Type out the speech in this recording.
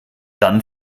dann